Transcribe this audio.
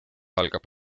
algab